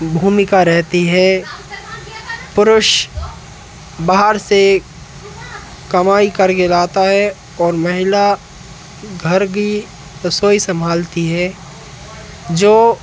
भूमिका रहती है पुरुष बाहर से कमाई करके लाता है और महिला घर की रसोई संभालती है जो